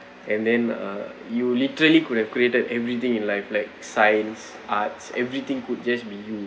and then uh you literally could have created everything in life like science arts everything could just be you